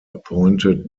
appointed